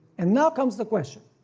and now comes the question.